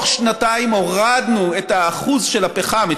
בתוך שנתיים הורדנו את האחוז של הפחם,